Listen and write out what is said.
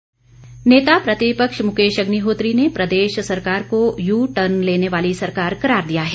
मुकेश अग्निहोत्री नेता प्रतिपक्ष मुकेश अग्निहोत्री ने प्रदेश सरकार को यू टर्न लेने वाली सरकार करार दिया है